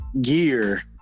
gear